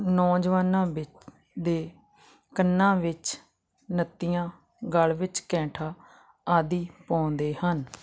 ਨੌਜਵਾਨਾਂ ਵਿੱਚ ਦੇ ਕੰਨਾਂ ਵਿੱਚ ਨੱਤੀਆਂ ਗਲ ਵਿੱਚ ਕੈਂਠਾ ਆਦਿ ਪਾਉਂਦੇ ਹਨ